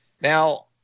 Now